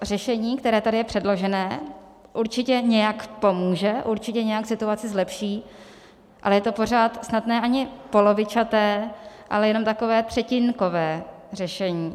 Řešení, které tady je předložené, určitě nějak pomůže, určitě nějak situaci zlepší, ale je to pořád snad ne ani polovičaté, ale jenom takové třetinkové řešení.